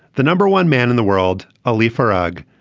the number one man in the world, ali farag,